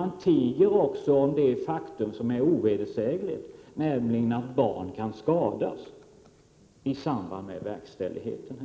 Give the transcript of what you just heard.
Man tiger också om det faktum, som är ovedersägligt, nämligen att barn kan skadas i samband med verkställighet av beslut